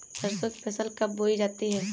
सरसों की फसल कब बोई जाती है?